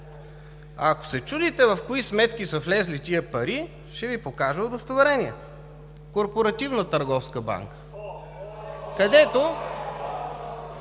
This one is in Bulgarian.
Ако се чудите в кои сметки са влезли тези пари, ще Ви покажа удостоверение – Корпоративна търговска банка (възгласи